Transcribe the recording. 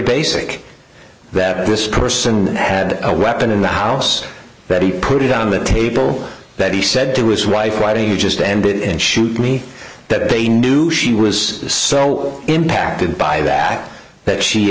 basic that this person had a weapon in the house that he put it on the table that he said to his wife why do you just end it and shoot me that they knew she was so impacted by that that she